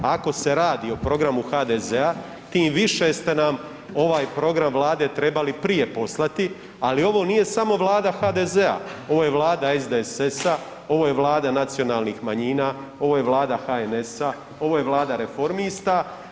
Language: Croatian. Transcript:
Ako se radi o programu HDZ-a, tim više ste nam ovaj program vlade trebali prije poslati, ali ovo nije samo vlada HDZ-a, ovo je vlada SDSS-a, ovo je vlada nacionalnih manjina, ovo je vlada HNS-a, ovo je vlada reformista.